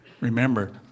Remember